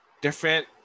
different